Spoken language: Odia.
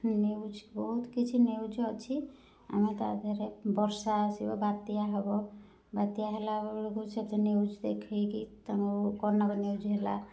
ନ୍ୟୁଜ ବହୁତ କିଛି ନ୍ୟୁଜ ଅଛି ଆମେ ତା ଧିଅରେ ବର୍ଷା ଆସିବ ବାତ୍ୟା ହେବ ବାତ୍ୟା ହେଲା ବେଳକୁ ସେଠି ନ୍ୟୁଜ ଦେଖାଇକି ତାଙ୍କୁ କନକ ନ୍ୟୁଜ ହେଲା